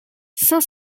cinq